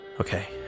Okay